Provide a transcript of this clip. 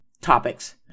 topics